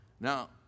Now